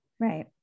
right